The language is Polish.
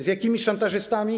Z jakimi szantażystami?